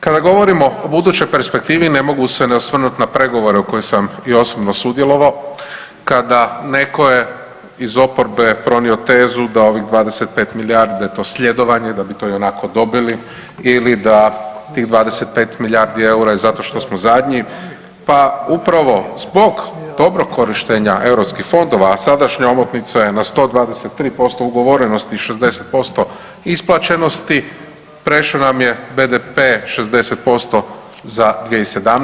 Kada govorimo o budućoj perspektivi ne mogu se ne osvrnuti na pregovore u kojima sam i osobno sudjelovao, kada netko je iz oporbe pronio tezu da ovih 20 milijardi da je to sljedovanje, da bi to ionako dobili ili da tih 25 milijardi eura je zato što smo zadnji pa upravo zbog dobrog korištenja europskih fondova, a sadašnja omotnica je na 123% ugovorenosti, 60% isplaćenosti prešao nam je BDP 60% za 2017.